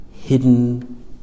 hidden